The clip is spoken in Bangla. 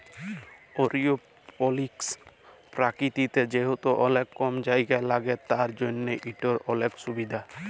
এরওপলিকস পরকিরিয়াতে যেহেতু অলেক কম জায়গা ল্যাগে তার জ্যনহ ইটর অলেক সুভিধা